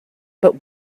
but